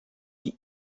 die